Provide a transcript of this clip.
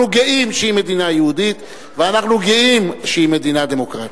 אנחנו גאים שהיא מדינה יהודית ואנחנו גאים שהיא מדינה דמוקרטית.